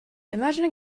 imagine